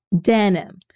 Denim